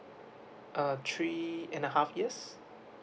uh three and a half years